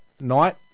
night